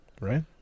right